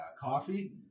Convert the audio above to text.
coffee